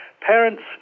Parents